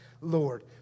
Lord